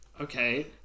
okay